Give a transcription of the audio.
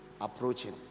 approaching